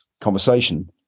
conversation